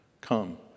Come